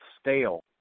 stale